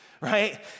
right